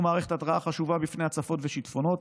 מערכת התרעה חשובה בפני הצפות ושיטפונות.